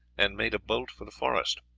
and made a bolt for the forest.